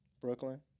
Brooklyn